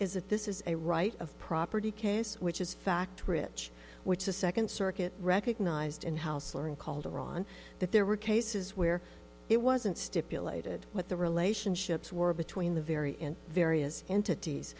that this is a right of property case which is fact rich which the second circuit recognized in hausler in calderon that there were cases where it wasn't stipulated what the relationships were between the very in various entities